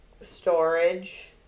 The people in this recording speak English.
storage